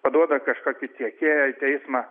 paduoda kažkokį tiekėją į teismą